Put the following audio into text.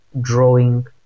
drawing